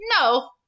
no